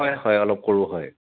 হয় হয় অলপ কৰোঁ হয়